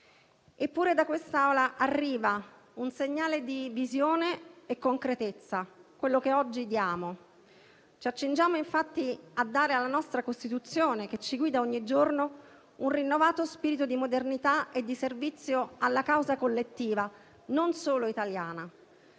Eppure, da quest'Aula arriva un segnale di visione e concretezza, quello che oggi diamo. Ci accingiamo infatti a dare alla nostra Costituzione, che ci guida ogni giorno, un rinnovato spirito di modernità e di servizio alla causa collettiva, non solo italiana.